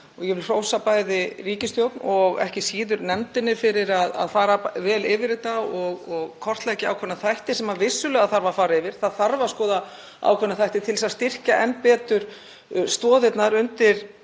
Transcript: og ég vil hrósa bæði ríkisstjórn og ekki síður nefndinni fyrir að fara vel yfir þetta og kortleggja ákveðna þætti sem vissulega þarf að fara yfir. Það þarf að skoða ákveðna þætti til að styrkja enn betur stoðirnar undir